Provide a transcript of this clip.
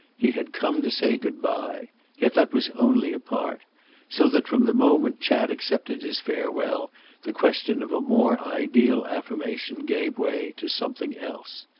he had come to say good-bye yet that was only a part so that from the moment chad accepted his farewell the question of a more ideal affirmation gave way to something else.